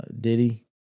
Diddy